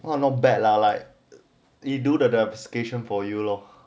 !wah! not bad lah like you do the application for you lor